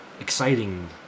exciting